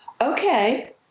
okay